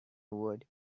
would